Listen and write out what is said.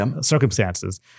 circumstances